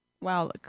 Wow